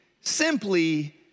simply